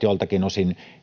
joiltakin osin niiden